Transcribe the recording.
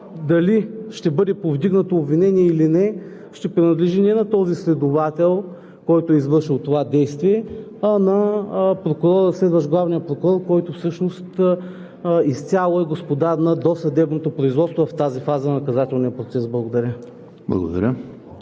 дали ще бъде повдигнато обвинение или не ще принадлежи не на този следовател, който е извършил това действие, а на прокурора, разследващ главния прокурор, който всъщност изцяло е господар на досъдебното производство в тази фаза на наказателния процес. Благодаря.